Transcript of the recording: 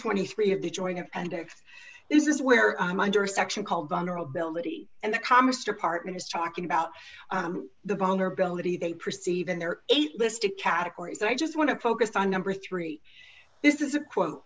twenty three of the joint and this is where i'm under a section called vulnerability and the commerce department is talking about the vulnerability they perceive in their eight listed categories i just want to focus on number three this is a quote